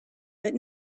but